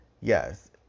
Yes